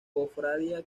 cofradía